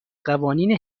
قوانین